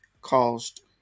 caused